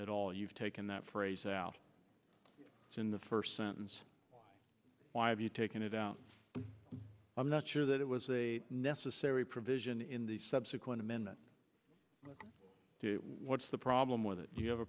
at all you've taken that phrase out in the first sentence why have you taken it out but i'm not sure that it was a necessary provision in the subsequent amendment what's the problem with it you have a